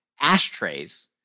ashtrays